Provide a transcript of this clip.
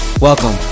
Welcome